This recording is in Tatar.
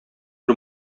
бер